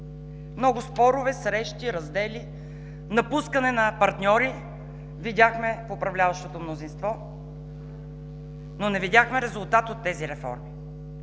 Много спорове, срещи, раздели, напускане на партньори видяхме в управляващото мнозинство, но не видяхме резултат от тези реформи.